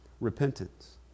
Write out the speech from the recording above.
repentance